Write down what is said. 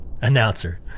Announcer